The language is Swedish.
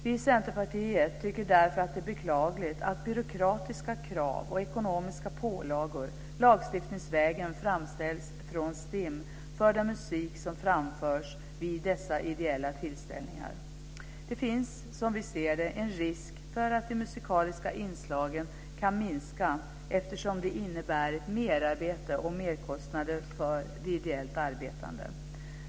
Vi i Centerpartiet tycker därför att det är beklagligt att byråkratiska krav och ekonomiska pålagor lagstiftningsvägen framställs från STIM för den musik som framförs vid dessa ideella tillställningar. Som vi ser det finns det en risk för att de musikaliska inslagen kan minska eftersom det innebär ett merarbete och merkostnader för de ideellt arbetande.